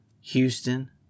Houston